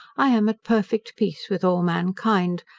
i am at perfect peace with all mankind,